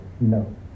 No